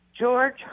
George